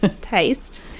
taste